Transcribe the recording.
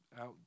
out